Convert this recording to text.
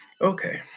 okay